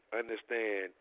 understand